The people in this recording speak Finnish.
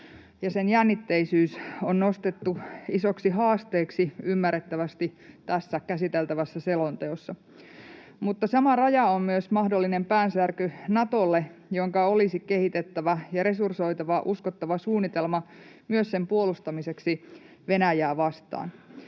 sen jännitteisyys on nostettu isoksi haasteeksi ymmärrettävästi tässä käsiteltävässä selonteossa, mutta sama raja on myös mahdollinen päänsärky Natolle, jonka olisi kehitettävä ja resursoitava uskottava suunnitelma myös sen puolustamiseksi Venäjää vastaan.